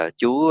chú